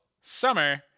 Summer